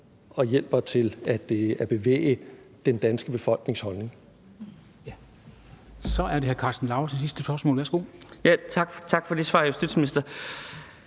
og hjælper til at bevæge den danske befolknings holdning.